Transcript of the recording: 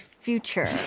future